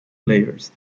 layers